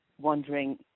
wondering